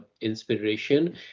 inspiration